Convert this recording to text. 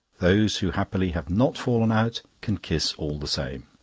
those who happily have not fallen out, can kiss all the same.